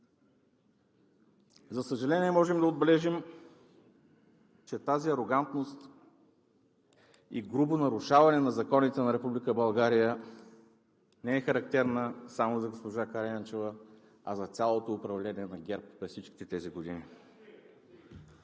За съжаление, можем да отбележим, че тази арогантност и грубо нарушаване на законите на Република България не е характерна само за госпожа Караянчева, а за цялото управление на ГЕРБ през всичките тези години.